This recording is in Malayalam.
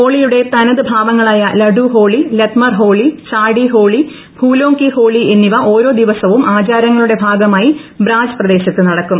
ഹോളിയുടെ തനത് ഭാവങ്ങളായ ലഡൂഹോളി ലത്മർ ഹോളി ചാഡി ഹോളി ഫൂലോംകി ഹോളി എന്നിവ ഓരോ ദിവസവും ആചാരങ്ങളുടെ ഭാഗമായി ബ്രാജ് പ്രദേശത്ത് നടക്കും